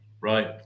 right